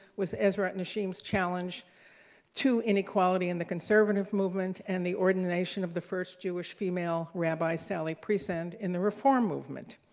with esralasham's challenge to inequality in the conservative movement and the ordination of the first jewish female rabbi, sally priesand, in the reform movement.